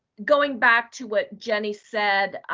going back to what jenny said,